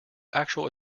actual